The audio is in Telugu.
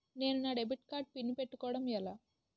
నేను నా డెబిట్ కార్డ్ పిన్ పెట్టుకోవడం ఎలా?